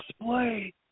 display